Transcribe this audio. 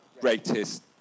greatest